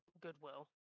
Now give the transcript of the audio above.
goodwill